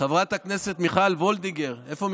על ידי